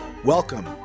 Welcome